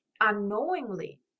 unknowingly